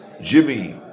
Jimmy